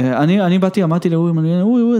אני באתי, אמרתי לו,